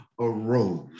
arose